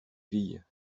filles